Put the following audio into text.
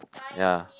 ya